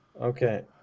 okay